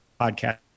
podcast